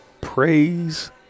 praise